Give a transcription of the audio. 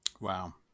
wow